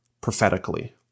prophetically